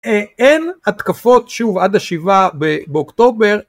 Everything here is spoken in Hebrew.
אין התקפות שוב עד השבעה באוקטובר